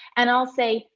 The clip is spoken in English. and i'll say,